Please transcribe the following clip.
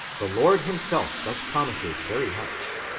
the lord himself thus promises very much.